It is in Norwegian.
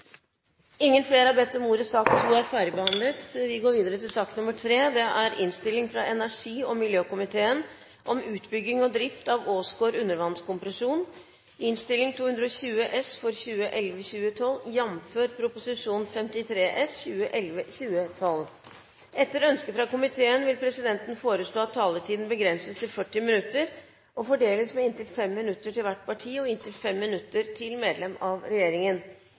Flere har ikke bedt om ordet til sak nr. 2. Etter ønske fra energi- og miljøkomiteen vil presidenten foreslå at taletiden begrenses til 40 minutter og fordeles med inntil 5 minutter til hvert parti og inntil 5 minutter til medlem av regjeringen. Presidenten vil videre foreslå at det gis anledning til replikkordskifte på inntil tre replikker med